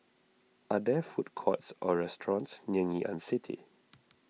are there food courts or restaurants near Ngee Ann City